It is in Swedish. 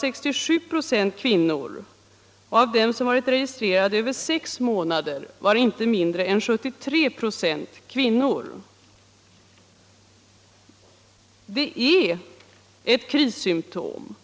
Det är ett krissymtom